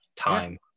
time